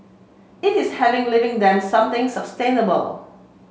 it is having leaving them something sustainable